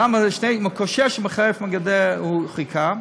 מקושש ומחרף ומגדף הוא חיכה,